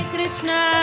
Krishna